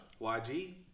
YG